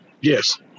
yes